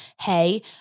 hey